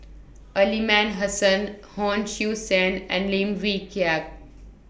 Aliman Hassan Hon Sui Sen and Lim Wee Kiak